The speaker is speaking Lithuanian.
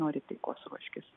nori taikos ruoškis